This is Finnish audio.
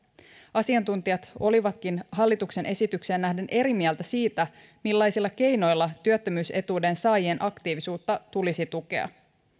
asiantuntijat olivatkin hallituksen esitykseen nähden eri mieltä siitä millaisilla keinoilla työttömyysetuuden saajien aktiivisuutta tulisi tukea